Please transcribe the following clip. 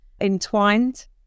entwined